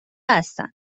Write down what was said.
هستند